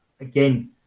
again